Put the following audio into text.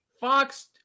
Fox